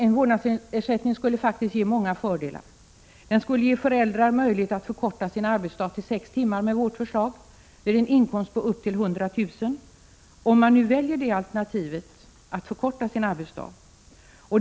En vårdnadsersättning skulle faktiskt ge många fördelar. Den skulle med vårt förslag ge föräldrar möjlighet att förkorta sin arbetsdag till sex timmar vid en inkomst på upp till 100 000 kr., om man nu väljer alternativet att förkorta arbetsdagen.